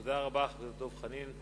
תודה רבה, חבר הכנסת דב חנין.